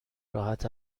راحت